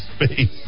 space